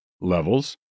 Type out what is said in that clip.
levels